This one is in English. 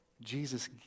Jesus